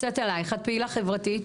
קצת עלייך, את פעילה חברתית.